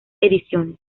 ediciones